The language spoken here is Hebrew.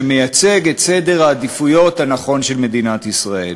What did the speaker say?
שמייצג את סדר העדיפויות הנכון של מדינת ישראל.